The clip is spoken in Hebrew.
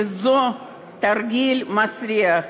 שזה תרגיל מסריח,